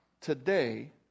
today